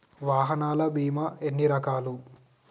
వాహనాల బీమా ఎన్ని రకాలు?